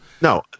No